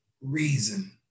reason